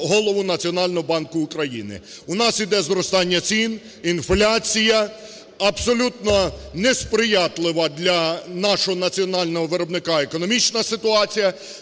У нас йде зростання цін, інфляція, абсолютно несприятлива для нашого національного виробника економічна ситуація.